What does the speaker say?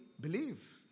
believe